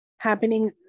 happening